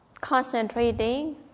concentrating